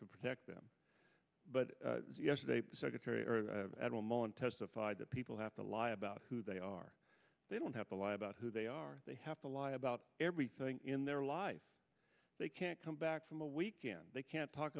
to protect them but yesterday secretary at all mullen testified that people have to lie about who they are they don't have to lie about who they are they have to lie about everything in their life they can't come back from a weekend they can't talk